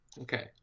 Okay